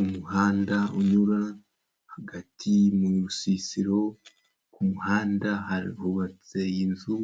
Umuhanda unyura hagati mu rusisiro ku muhanda hubatse inzu